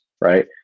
Right